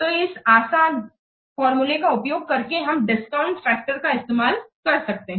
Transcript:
तो इस आसान फार्मूले का उपयोग करके हम डिस्काउंट फैक्टर का इस्तेमाल कर सकते हैं